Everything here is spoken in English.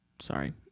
Sorry